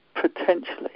potentially